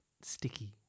sticky